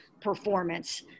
performance